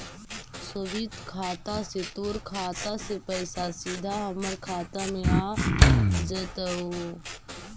स्वीप खाता से तोर खाता से पइसा सीधा हमर खाता में आ जतउ